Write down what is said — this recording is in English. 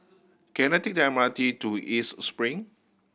can I take the M R T to East Spring